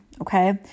okay